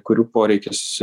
kurių poreikis